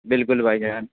بالکل بھائی جان